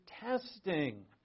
testing